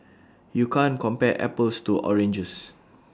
you can't compare apples to oranges